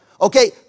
Okay